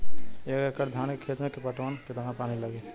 एक एकड़ धान के खेत के पटवन मे कितना पानी लागि?